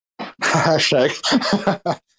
Hashtag